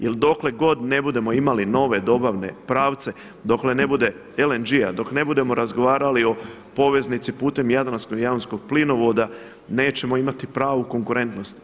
Jer dokle god ne budemo imali nove dobavne pravce, dokle ne bude LNG-a, dok ne budemo razgovarali o poveznici putem jadransko-jonskog plinovoda nećemo imati pravu konkurentnost.